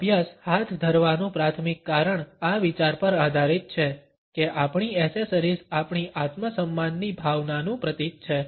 આ અભ્યાસ હાથ ધરવાનું પ્રાથમિક કારણ આ વિચાર પર આધારિત છે કે આપણી એસેસરીઝ આપણી આત્મસન્માનની ભાવનાનું પ્રતીક છે